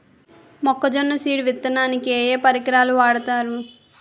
మొక్కజొన్న సీడ్ విత్తడానికి ఏ ఏ పరికరాలు వాడతారు?